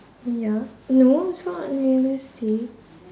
ya no it's not unrealistic